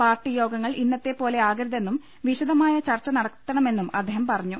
party യോഗങ്ങൾ ഇന്നത്തെപ്പോലെ ആകരുതെന്നും വിശദമായ ചർച്ച നടക്കണമെന്നും അദ്ദേഹം പറഞ്ഞു